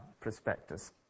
prospectus